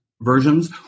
versions